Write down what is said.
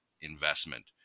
investment